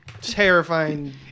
terrifying